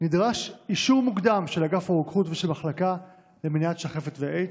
נדרש אישור מוקדם של אגף הרוקחות ושל המחלקה למניעת שחפת ואיידס,